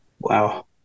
Wow